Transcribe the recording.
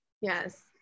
yes